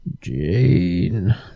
Jane